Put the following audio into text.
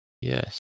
Yes